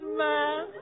man